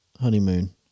honeymoon